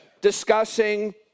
discussing